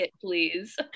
please